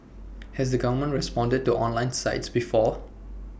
has the government responded to online sites before